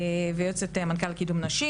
ויועצת מנכ"ל לקידום נשים.